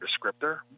descriptor